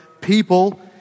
people